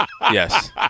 Yes